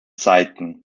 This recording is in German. zeiten